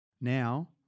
now